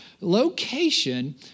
location